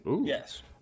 Yes